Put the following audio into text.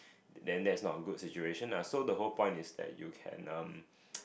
then that's not a good situation lah so the whole point is that you can um